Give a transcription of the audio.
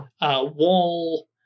wall